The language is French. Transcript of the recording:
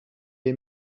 est